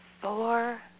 four